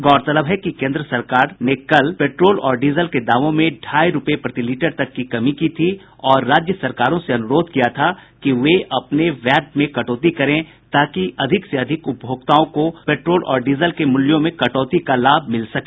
गौरतलब है कि केन्द्र सरकार ने कल पेट्रोल और डीजल में ढाई रूपये प्रति लीटर की कमी की थी और राज्य सरकारों से अनुरोध किया था कि वे अपने वैट में कटौती करें ताकि अधिक से अधिक पेट्रोल और डीजल के मूल्यों में कटौती का लाभ मिल सके